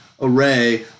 array